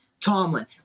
Tomlin